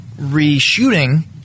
reshooting